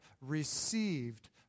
received